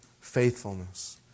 faithfulness